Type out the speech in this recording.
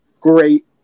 great